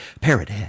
Parrothead